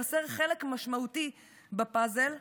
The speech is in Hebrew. חסר חלק משמעותי בפאזל,